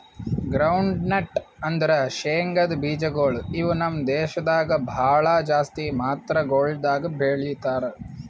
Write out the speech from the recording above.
groundnut ಅಂದುರ್ ಶೇಂಗದ್ ಬೀಜಗೊಳ್ ಇವು ನಮ್ ದೇಶದಾಗ್ ಭಾಳ ಜಾಸ್ತಿ ಮಾತ್ರಗೊಳ್ದಾಗ್ ಬೆಳೀತಾರ